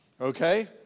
Okay